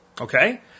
Okay